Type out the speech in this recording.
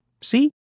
See